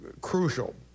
crucial